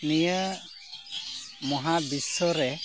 ᱱᱤᱭᱟᱹ ᱢᱚᱦᱟ ᱵᱤᱥᱥᱚᱨᱮ